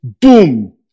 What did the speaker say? boom